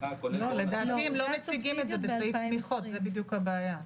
לדעתי הם לא מציגים בסעיף תמיכות, זו בדיוק הבעיה.